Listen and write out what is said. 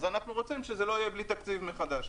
אז אנחנו רוצים שזה לא יהיה בלי תקציב מחדש.